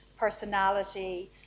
personality